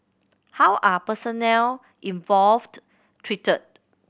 how are personnel involved treated